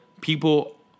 people